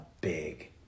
big